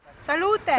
Salute